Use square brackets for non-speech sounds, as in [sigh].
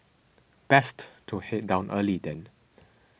best to head down early then [noise]